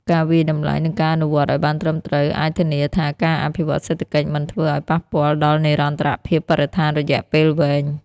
ការវាយតម្លៃ និងការអនុវត្តឲ្យបានត្រឹមត្រូវអាចធានាថាការអភិវឌ្ឍន៍សេដ្ឋកិច្ចមិនធ្វើឲ្យប៉ះពាល់ដល់និរន្តរភាពបរិស្ថានរយៈពេលវែង។